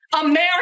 America